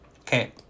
Okay